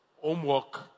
Homework